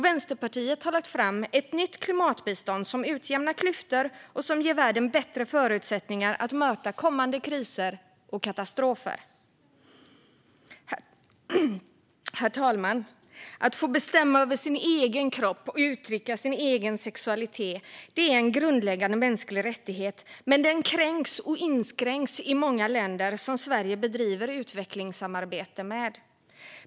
Vänsterpartiet har lagt fram ett nytt klimatbistånd som utjämnar klyftor och som ger världen bättre förutsättningar att möta kommande kriser och katastrofer. Herr talman! Att få bestämma över sin egen kropp och uttrycka sin egen sexualitet är en grundläggande mänsklig rättighet. Men den kränks och inskränks i många länder som Sverige bedriver utvecklingssamarbete med.